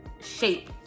shape